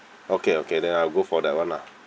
okay okay then I'll go for that [one] lah